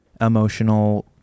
emotional